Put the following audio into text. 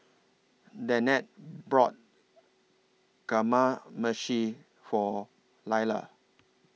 Danette brought Kamameshi For Lailah